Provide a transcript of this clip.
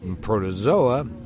Protozoa